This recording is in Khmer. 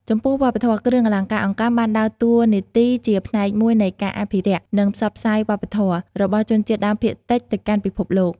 ចំពោះវប្បធម៌ គ្រឿងអលង្ការអង្កាំបានដើរតួនាទីជាផ្នែកមួយនៃការ អភិរក្ស និងផ្សព្វផ្សាយវប្បធម៌ របស់ជនជាតិដើមភាគតិចទៅកាន់ពិភពលោក។